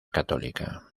católica